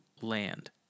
land